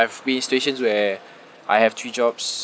I've been in situations where I have three jobs